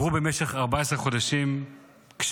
במשך 14 עברו חודשים קשים,